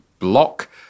block